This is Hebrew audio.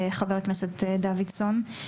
חבר הכנסת דוידסון,